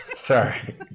sorry